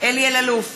אלי אלאלוף,